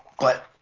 but